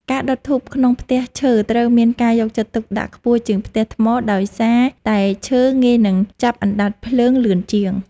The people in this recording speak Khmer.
ការដុតធូបក្នុងផ្ទះឈើត្រូវមានការយកចិត្តទុកដាក់ខ្ពស់ជាងផ្ទះថ្មដោយសារតែឈើងាយនឹងចាប់អណ្តាតភ្លើងលឿនជាង។